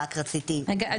רגע.